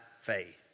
faith